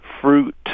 fruit